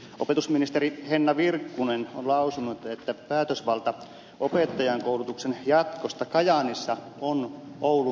opetusministeri henna virkkunen on lausunut että päätösvalta opettajankoulutuksen jatkosta kajaanissa on oulun yliopistolla